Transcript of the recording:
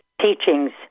teachings